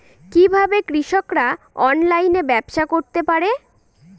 কিভাবে কৃষকরা অনলাইনে ব্যবসা করতে পারে?